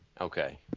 Okay